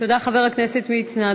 תודה, חבר הכנסת מצנע.